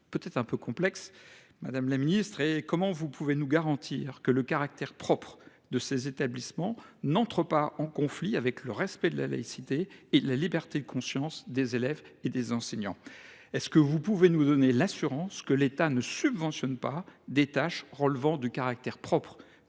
peut être un peu complexe, madame la ministre, est la suivante : comment pouvez vous nous garantir que le « caractère propre » de ces établissements n’entre pas en conflit avec le respect de la laïcité et de la liberté de conscience des élèves et des enseignants ? Pouvez vous nous donner l’assurance que l’État ne subventionne pas des tâches relevant du caractère propre